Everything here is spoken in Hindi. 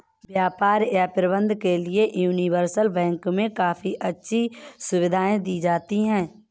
व्यापार या प्रबन्धन के लिये यूनिवर्सल बैंक मे काफी अच्छी सुविधायें दी जाती हैं